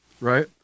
right